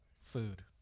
food